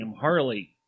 Harley